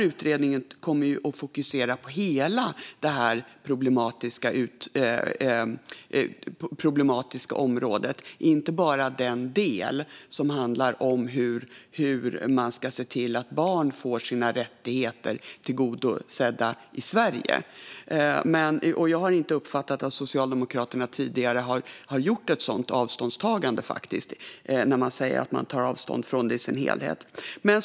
Utredningen kommer att fokusera på hela detta problematiska område, inte bara den del som handlar om hur man ska se till att barn får sina rättigheter tillgodosedda i Sverige. Jag har inte uppfattat att Socialdemokraterna tidigare har gjort ett sådant avståndstagande från detta i sin helhet.